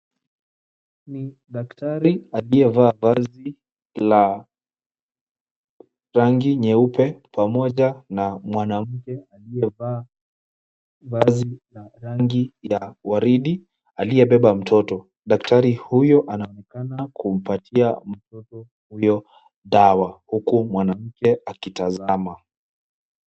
Ni daktari aliyevaa vazi la rangi nyeupe pamoja na mwanamke aliyevaa vazi la rangi ya waridi aliyebeba mtoto. Daktari huyo anaonekana kumpatia mtoto huyo dawa huku mwanamke akitazama.